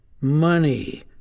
money